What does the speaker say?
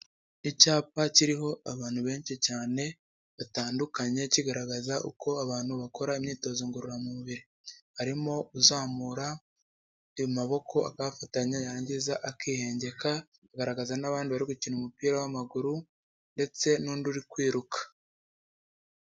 Icyapa kiriho abantu benshi cyane batandukanye, kigaragaza uko abantu bakora imyitozo ngororamubiri. Harimo uzamura amaboko akayafatanya yarangiza akihengeka, kigaragaza n'abandi bari gukina umupira w'amaguru ndetse n'undi uri kwiruka.